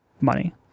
money